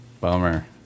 Bummer